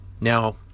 Now